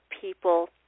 people